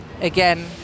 Again